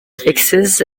fixes